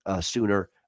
sooner